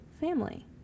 family